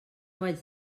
vaig